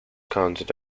counted